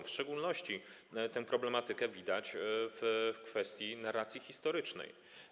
W szczególności problematykę tę widać w kwestii narracji historycznej.